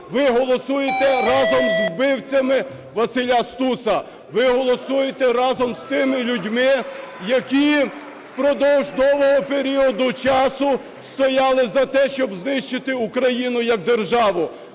ви голосуєте разом з вбивцями Василя Стуса, ви голосуєте разом з тими людьми, які впродовж довгого періоду часу стояли за те, щоб знищити Україну як державу,